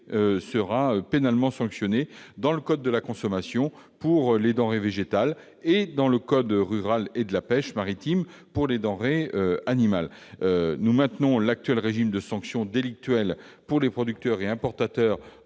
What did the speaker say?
sera pénalement sanctionné, dans le code de la consommation pour les denrées végétales et dans le code rural et de la pêche maritime pour les denrées animales. Nous proposons, par ailleurs, de maintenir l'actuel régime de sanction délictuelle pour les producteurs et importateurs,